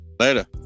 Later